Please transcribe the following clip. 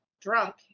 drunk